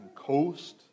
Coast